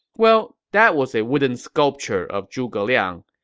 well, that was a wooden sculpture of zhuge liang.